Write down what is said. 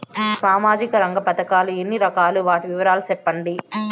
సామాజిక రంగ పథకాలు ఎన్ని రకాలు? వాటి వివరాలు సెప్పండి